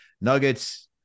nuggets